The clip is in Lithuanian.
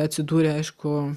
atsidūrę aišku